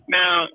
now